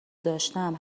داشتم